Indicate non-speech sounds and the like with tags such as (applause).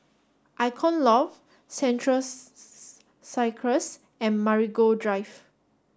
Icon Loft Central (unintelligible) Circus and Marigold Drive